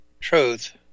truth